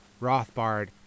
rothbard